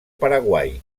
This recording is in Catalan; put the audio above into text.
paraguai